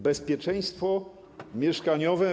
Bezpieczeństwo mieszkaniowe.